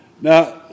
Now